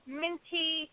minty